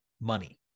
money